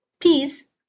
peas